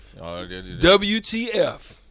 WTF